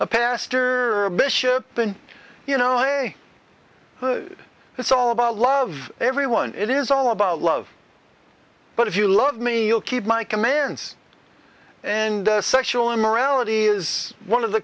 a pastor bishop than you know hey it's all about love everyone it is all about love but if you love me you'll keep my commands and sexual immorality is one of the